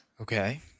Okay